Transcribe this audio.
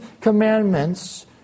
commandments